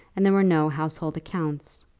and there were no household accounts.